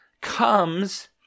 comes